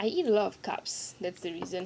no I okay I eat a lot of carbohydrates that's the reason